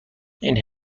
این